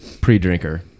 pre-drinker